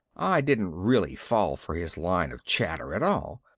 i didn't really fall for his line of chatter at all,